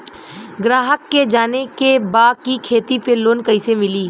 ग्राहक के जाने के बा की खेती पे लोन कैसे मीली?